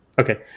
okay